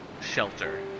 shelter